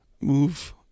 move